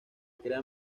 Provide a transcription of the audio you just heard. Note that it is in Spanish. crea